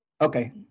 okay